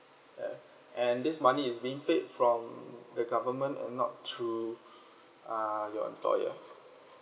ya and this money is being paid from the government and not through uh your employer